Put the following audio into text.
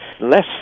less